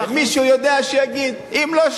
מאה אחוז.